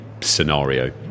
scenario